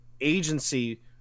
agency